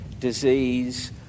disease